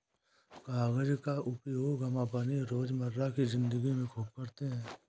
कागज का उपयोग हम अपने रोजमर्रा की जिंदगी में खूब करते हैं